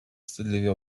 wstydliwie